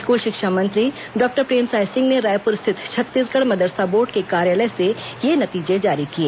school शिक्षा मंत्री doctor Premsai Singh ने रायपुर स्थित छत्तीसगढ़ मदरसा बोर्ड के कार्यालय से ये नतीजे जारी किए